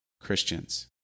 Christians